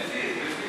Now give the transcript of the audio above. בפיו, בפיו.